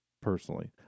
Personally